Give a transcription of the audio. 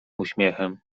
uśmiechem